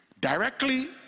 directly